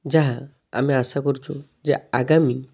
ଯାହା ଆମେ ଆଶା କରୁଛୁ ଯେ ଆଗାମୀ